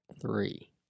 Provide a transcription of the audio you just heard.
three